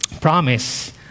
promise